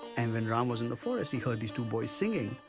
and when ram was in the forest he heard these two boys singing,